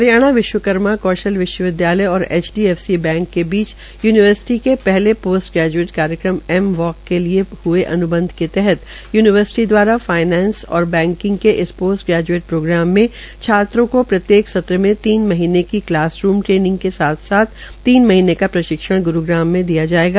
हरियाणा विश्वकर्मा कौशल विशवविदयालय और एचडीएफसी बैंक के बीच यूनिवर्सिटी के पहले पोस्ट ग्रेज्ऐट कार्यक्रम एम वोक के लिए हये अन्बंध तहत यूनिवर्सिटी दवारा फाईनेंस और बैकिंग के इस पोस्ट ग्रेज्एट प्रोग्राम में छात्राओं केा प्रत्येक सत्र मे तीन महीनें की क्लास रूम ट्रेनिंग के साथ साथ तीन महीनें का प्रशिक्षण ग्रूग्राम में दिया जायेगा